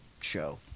show